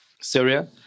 Syria